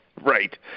right